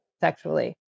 sexually